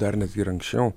dar netgi ir anksčiau